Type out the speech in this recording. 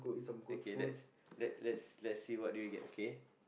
okay lets lets lets see what do you get okay